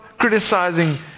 criticizing